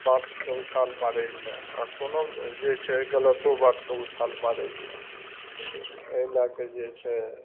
बातके ऊछाल मारै छै आओर कोनो जे छै गलतो बातके उछाल मारै छै एहि लए कऽ जे छै